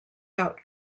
out